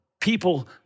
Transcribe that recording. people